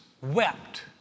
wept